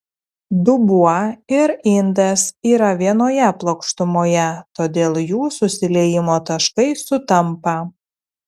dubuo ir indas yra vienoje plokštumoje todėl jų susiliejimo taškai sutampa